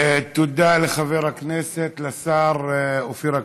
תודה לחבר הכנסת, לשר אופיר אקוניס.